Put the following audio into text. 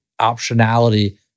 optionality